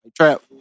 Trap